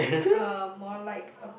uh more like a f~